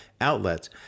outlets